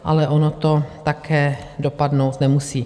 Ale ono to také dopadnout nemusí.